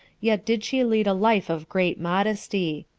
yet did she lead a life of great modesty.